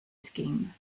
scheme